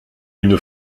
une